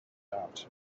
out